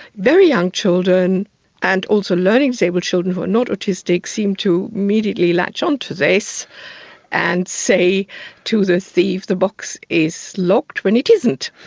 very young children and also learning disabled children who are not autistic seem to immediately latch on to this and say to the thief the box is locked when it isn't.